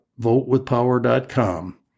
votewithpower.com